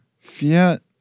Fiat